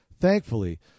thankfully